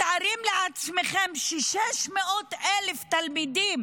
אתם מתארים לעצמכם של-600,000 תלמידים